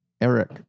Eric